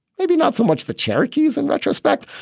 maybe not so much the cherokee's. in retrospect,